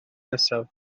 nesaf